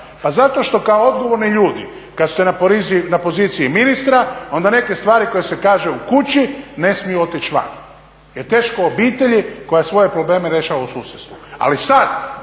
Pa zato što kao odgovorni ljudi kad ste na poziciji ministra onda neke stvari koje se kažu u kući ne smiju otići van. Jer teško obitelji koja svoje probleme rješava u susjedstvu. Ali sad